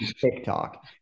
TikTok